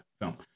film